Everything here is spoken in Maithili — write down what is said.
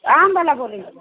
आमवला बोलै छी